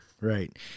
right